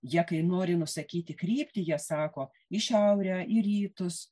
jie kai nori nusakyti kryptį jie sako į šiaurę į rytus